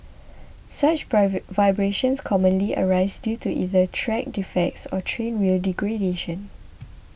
such vibrations commonly arise due to either track defects or train wheel degradation